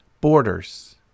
Borders